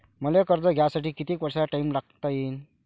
मले कर्ज घ्यासाठी कितीक वर्षाचा टाइम टाकता येईन?